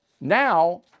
now